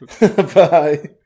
Bye